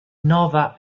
nova